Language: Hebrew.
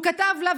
הוא כתב לה,